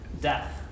death